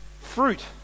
fruit